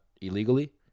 illegally